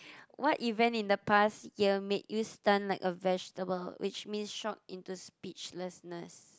what event in the past year made you stunned like a vegetable which means shocked into speechlessness